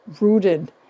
rooted